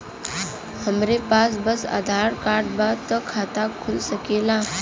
हमरे पास बस आधार कार्ड बा त खाता खुल सकेला?